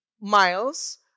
miles